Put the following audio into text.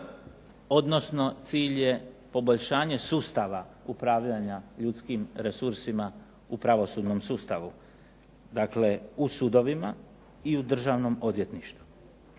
odnosno cilj je poboljšanje sustava upravljanja ljudskim resursima u pravosudnom sustavu. Dakle, u sudovima i u državnom odvjetništvu.